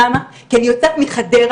למה, כי אני יוצאת מחדרה,